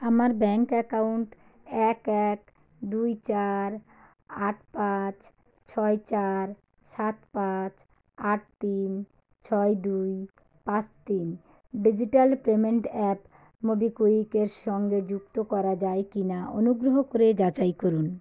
আমার bank account এক এক দুই চার আট পাঁচ ছয় চার সাত পাঁচ আট তিন ছয় দুই পাঁচ তিন ডিজিটাল পেমেন্ট অ্যাপ মোবিকুইক এর সঙ্গে যুক্ত করা যায় কি না অনুগ্রহ করে যাচাই করুন